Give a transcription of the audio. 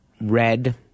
red